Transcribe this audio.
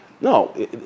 No